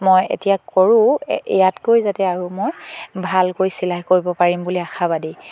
মই এতিয়া কৰোঁ ইয়াতকৈ যাতে আৰু মই ভালকৈ চিলাই কৰিব পাৰিম বুলি আশাবাদী